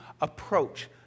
approach